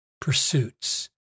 pursuits